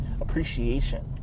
appreciation